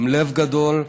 עם לב גדול,